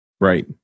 right